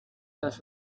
does